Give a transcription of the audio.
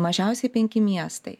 mažiausiai penki miestai